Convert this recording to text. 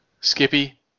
skippy